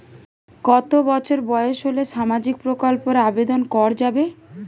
কত বছর বয়স হলে সামাজিক প্রকল্পর আবেদন করযাবে?